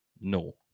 no